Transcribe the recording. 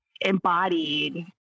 embodied